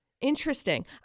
interesting